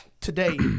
today